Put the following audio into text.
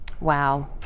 Wow